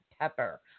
pepper